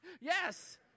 Yes